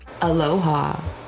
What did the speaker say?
Aloha